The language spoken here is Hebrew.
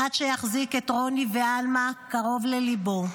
עד שיחזיק את רוני ועלמא קרוב לליבו.